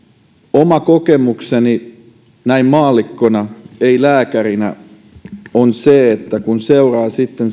oma kokemukseni näin maallikkona ei lääkärinä itsekin erilaisissa tilanteissa olleena on se että kun seuraa sitten